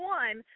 one